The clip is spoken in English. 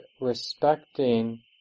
respecting